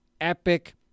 epic